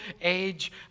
age